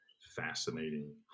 fascinating